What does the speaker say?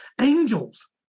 angels